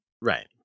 Right